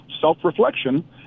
self-reflection